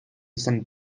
san